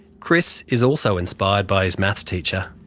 chris is also inspired by his maths teacher.